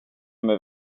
med